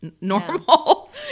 normal